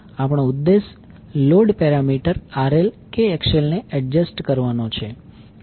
આપણો ઉદ્દેશ load parameter RL કે XL ને એડજસ્ટ કરવાનો છે